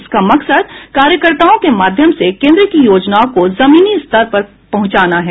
इसका मकसद कार्यकर्ताओं के माध्यम से केंद्र की योजनाओं को जमीनी स्तर पर पहुंचाना है